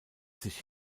sich